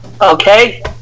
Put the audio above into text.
Okay